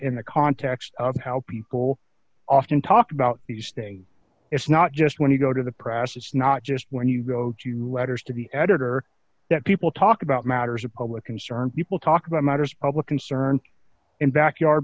in the context of how people often talk about these thing it's not just when you go to the press it's not just when you go to letters to the editor that people talk about matters of public concern people talk about matters of public concern in backyard